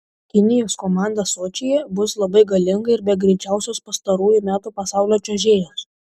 kinijos komanda sočyje bus labai galinga ir be greičiausios pastarųjų metų pasaulio čiuožėjos